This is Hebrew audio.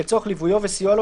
לצורך ליוויו וסיוע לו,